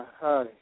Hi